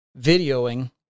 videoing